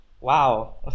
wow